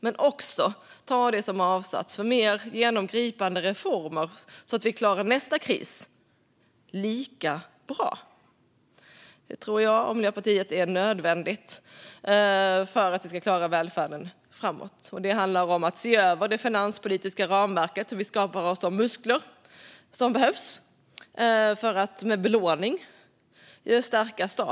Men det handlar också om att ta detta som avstamp för mer genomgripande reformer, så att vi klarar nästa kris lika bra. Det tror jag och Miljöpartiet är nödvändigt för att vi ska klara välfärden framåt. Det handlar om att se över det finanspolitiska ramverket, hur vi skapar oss de muskler som behövs för att med belåning stärka staten.